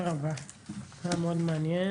תודה רבה, היה מאוד מעניין.